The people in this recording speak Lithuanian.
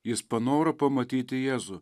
jis panoro pamatyti jėzų